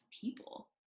people